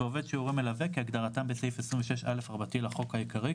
"עובד שהוא הורה מלווה" ו"תקופת בידוד" כהגדרתם בסעיף 26א לחוק העיקרי,